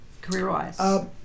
career-wise